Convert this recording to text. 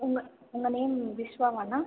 உங்கள் உங்கள் நேம் விஷ்வாவாண்ணா